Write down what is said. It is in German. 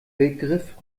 begriff